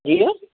जीउ